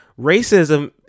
Racism